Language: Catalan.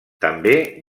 també